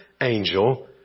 angel